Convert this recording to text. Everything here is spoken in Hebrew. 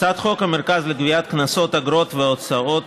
הצעת חוק המרכז לגביית קנסות, אגרות והוצאות